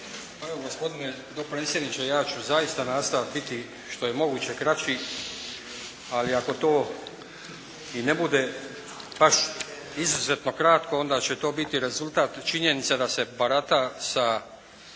Pa evo gospodine dopredsjedniče ja ću zaista nastojati biti što je moguće kraći, ali ako to i ne bude baš izuzetno kratko onda će to biti rezultat činjenice da se barata sa